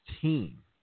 team